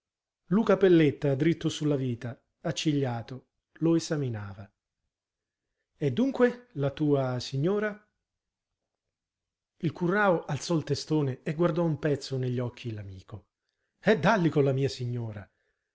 pavimento luca pelletta dritto sulla vita accigliato lo esaminava e dunque la tua signora il currao alzò il testone e guardò un pezzo negli occhi l'amico e dalli con la mia signora